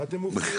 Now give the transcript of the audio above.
מה אתם מופתעים?